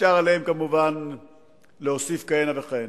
ואפשר עליהם כמובן להוסיף כהנה וכהנה.